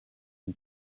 and